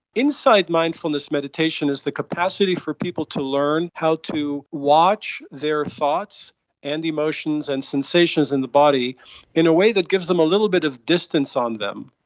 inside mindfulness meditation is the capacity for people to learn how to watch their thoughts and emotions and sensations in the body in a way that gives them a little bit of distance on them.